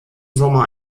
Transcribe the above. sommer